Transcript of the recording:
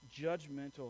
judgmental